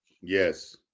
Yes